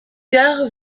gare